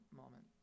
moment